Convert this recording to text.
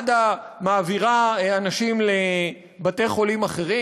מד"א מעבירה אנשים לבתי-חולים אחרים.